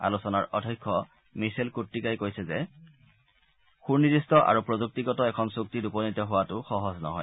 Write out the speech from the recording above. আলোচনাৰ অধ্যক্ষ মিছেল কুট্টিকাই কৈছে যে সুনিৰ্দিষ্ট আৰু প্ৰযুক্তিগত এখন চুক্তিত উপনীত হোৱাটো সহজ নহয়